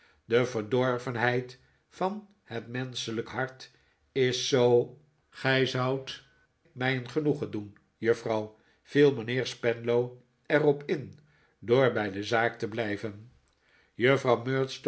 de verdorvenheid van het menschelijk hart is zoo gij zoudt mij een genoegen doen juffrouw viel mijnheer spenlow er op in door bij de zaak te blijven